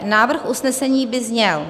Návrh usnesení by zněl: